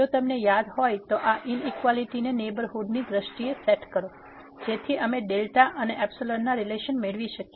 જો તમને યાદ હોય તો આ ઇનઇક્વાલીટી ને નેહબરહુડ ની દ્રષ્ટિએ સેટ કરો જેથી અમે અને ના રીલેશન મેળવી શકીએ